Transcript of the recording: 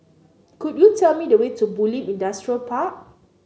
could you tell me the way to Bulim Industrial Park